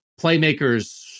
playmakers